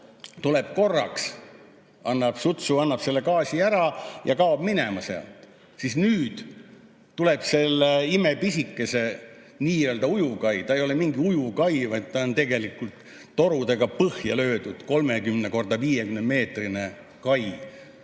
tuleb korraks, annab sutsu, annab gaasi ära ja kaob minema sealt, siis nüüd tuleb selle imepisikese, nii-öelda ujuvkai – ta ei ole mingi ujuvkai, vaid ta on tegelikult torudega põhja löödud 30 × 50-meetrine kai